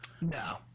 No